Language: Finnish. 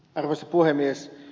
arvoisa puhemies